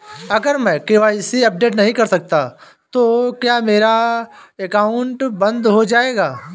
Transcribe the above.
अगर मैं KYC update नहीं करता तो क्या मेरा अकाउंट बंद हो जाएगा?